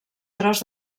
tros